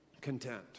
content